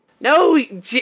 No